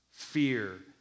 fear